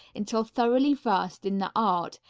until thoroughly versed in the art,